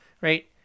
Right